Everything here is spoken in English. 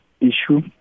issue